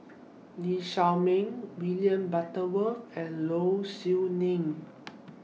Lee Shao Meng William Butterworth and Low Siew Nghee